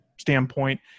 standpoint